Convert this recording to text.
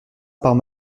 par